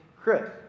Chris